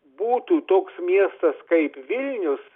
būtų toks miestas kaip vilnius